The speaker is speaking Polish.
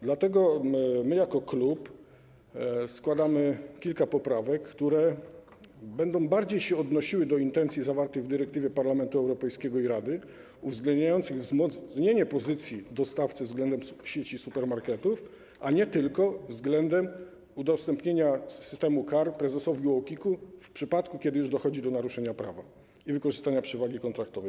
Dlatego my jako klub składamy kilka poprawek, które będą bardziej się odnosiły do intencji zawartych w dyrektywie Parlamentu Europejskiego i Rady, uwzględniających wzmocnienie pozycji dostawcy względem sieci supermarketów, a nie tylko udostępnienie systemu kar prezesowi UOKiK-u, w przypadku kiedy już dochodzi do naruszenia prawa i wykorzystania przewagi kontraktowej.